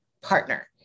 partner